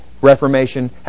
Reformation